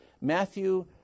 Matthew